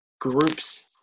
groups